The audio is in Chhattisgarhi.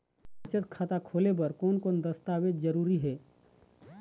बचत खाता खोले बर कोन कोन दस्तावेज जरूरी हे?